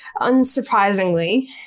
unsurprisingly